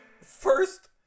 First